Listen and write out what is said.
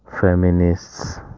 feminists